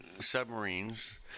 submarines